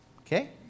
Okay